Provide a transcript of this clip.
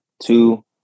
Two